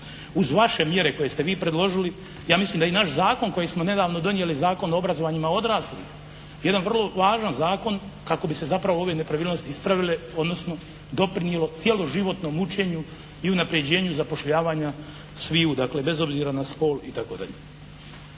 Uz vaše mjere koje ste vi predložili ja mislim da i naš zakon kojeg smo nedavno donijeli, Zakon o obrazovanjima odraslih, jedan vrlo važan zakon kako bi se zapravo ove nepravilnosti ispravile, odnosno doprinijelo cjeloživotnom učenju i unapređenju zapošljavanju sviju, dakle bez obzira na spol itd. Kad je